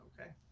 Okay